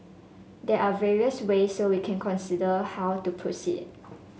there are various ways so we will consider how to proceed